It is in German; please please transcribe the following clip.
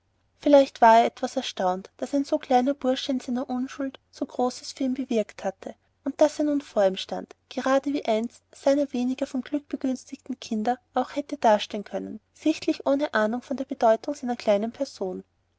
vielleicht war er etwas erstaunt daß ein so kleiner bursche in seiner unschuld so großes für ihn bewirkt hatte und daß er nun vor ihm stand gerade wie eins seiner weniger vom glück begünstigten kinder auch hätte dastehen können sichtlich ohne eine ahnung von der bedeutung seiner kleinen person